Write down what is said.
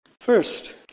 First